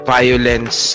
violence